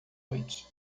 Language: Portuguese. noite